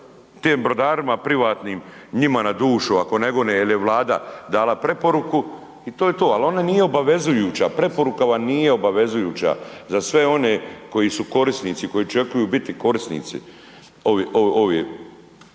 tim brodarima privatnim njima na dušu ako ne gone jel je Vlada dala preporuku i to je to, al ona nije obavezujuća, preporuka vam nije obavezujuća za sve one koji su korisnici, koji očekuju biti korisnici ovoga